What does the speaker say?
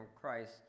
Christ